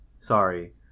Sorry